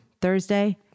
Thursday